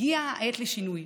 הגיעה העת לשינוי.